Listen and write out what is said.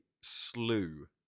slew